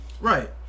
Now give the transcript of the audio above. Right